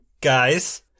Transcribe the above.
guys